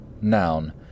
noun